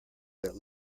that